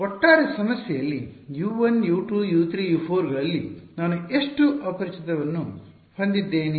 ಆದ್ದರಿಂದ ಒಟ್ಟಾರೆ ಸಮಸ್ಯೆಯಲ್ಲಿ U1 U2 U3 U4 ಗಳಲ್ಲಿ ನಾನು ಎಷ್ಟು ಅಪರಿಚಿತರನ್ನು ಹೊಂದಿದ್ದೇನೆ